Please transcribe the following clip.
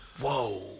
Whoa